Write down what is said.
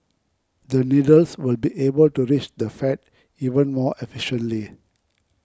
the needles will be able to reach the fat even more efficiently